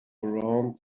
around